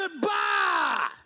Goodbye